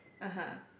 (uh huh)